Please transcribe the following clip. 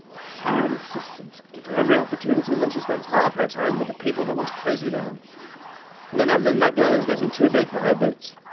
hire an assistant, give her every opportunity, and then she spends half her time with the people that want to close you down, you know, madeleine, that girl is getting too big for her boots.